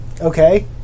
Okay